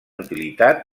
utilitat